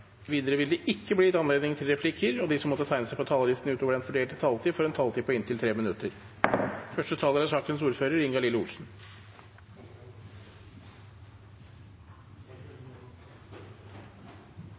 bli gitt anledning til inntil seks replikker med svar etter innlegg fra medlemmer av regjeringen, og de som måtte tegne seg på talerlisten utover den fordelte taletid, får også en taletid på inntil 3 minutter.